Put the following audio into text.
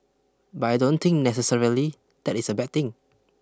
but I don't think necessarily that is a bad thing